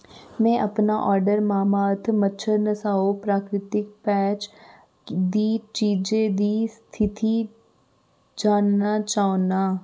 में अपने order Mamaearth मच्छर नसाऊ प्राकृतिक पैच दी चीजें दी स्थिति जानना चाह्न्नां